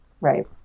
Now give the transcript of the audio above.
Right